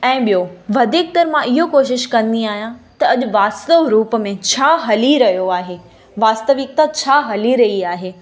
ऐं ॿियो वधीकतर मां इहो कोशिशि कंदी आहियां त अुॼ वास्तव रूप में छा हली रहियो आहे वास्तविकता छा हली रही आहे